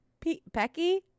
pecky